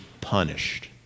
punished